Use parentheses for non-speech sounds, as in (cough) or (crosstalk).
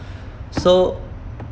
(breath) so